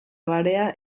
barea